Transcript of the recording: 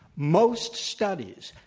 most studies.